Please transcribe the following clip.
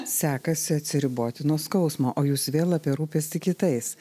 sekasi atsiriboti nuo skausmo o jūs vėl apie rūpestį kitais